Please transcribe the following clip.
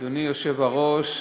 אדוני היושב-ראש,